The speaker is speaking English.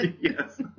Yes